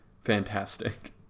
fantastic